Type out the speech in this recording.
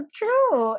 true